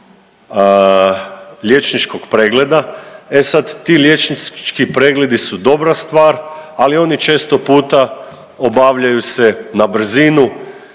liječničkog pregleda. E sada ti liječnički pregledi su dobra stvar, ali oni često puta obavljaju se na brzinu.